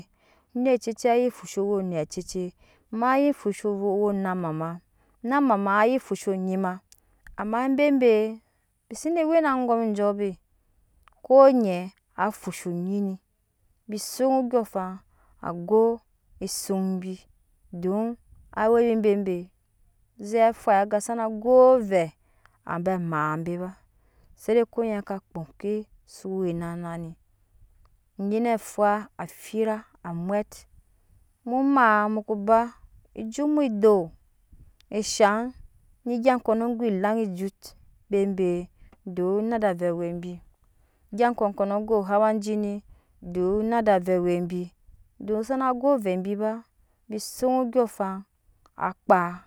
Onet cecet anyi fusha owɛ onet cecet ma ye fusha owɛ namama onamama anyi fusha onyi ma ama bebe bi se ne we na angome jɔɔ be ko nyɛ a fusha onyi ni bi suŋ andyɔɔŋafan ago esuŋ bi don aawɛ bi bebe zɛ fwaiaga sana go ovɛ abe amaa be ba se de ko nyi ka kpa ke su we na naa mi anyi fwa afira amwet mu maa mu ko ba ejut mu doo ushaŋ ne egya kɔnɔ ave awɛ bi egya kɔkono ne go hawa jini doo nada awɛ awɛ bi don sana go avɛ bi ba bi suŋ ondyɔɔŋafan akpaa